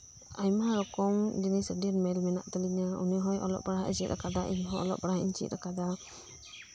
ᱟᱭᱢᱟ ᱨᱚᱠᱚᱢ ᱡᱤᱱᱤᱥ ᱢᱮᱞ ᱢᱮᱱᱟᱜ ᱛᱟᱹᱞᱤᱧᱟ ᱡᱮᱢᱚᱱ ᱩᱱᱤᱦᱚᱸ ᱚᱞᱚᱜ ᱯᱟᱲᱦᱟᱜ ᱮ ᱪᱮᱫ ᱟᱠᱟᱫᱟ ᱤᱧᱦᱚᱸ ᱚᱞᱚᱜ ᱯᱟᱲᱦᱟᱜ ᱤᱧ ᱪᱮᱫ ᱟᱠᱟᱫᱟ